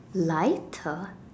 lighter